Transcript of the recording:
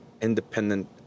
independent